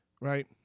Right